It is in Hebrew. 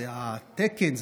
זה התקן,